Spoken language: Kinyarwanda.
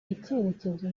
icyerekezo